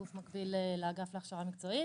גוף מקביל לאגף להכשרה מקצועית,